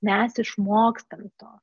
mes išmokstam to